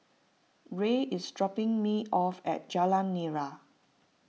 Ray is dropping me off at Jalan Nira